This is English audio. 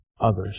others